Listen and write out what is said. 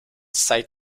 side